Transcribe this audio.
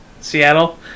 Seattle